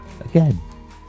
Again